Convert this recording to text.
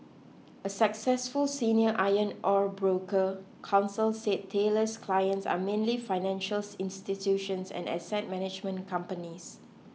a successful senior iron ore broker counsel said Taylor's clients are mainly financials institutions and asset management companies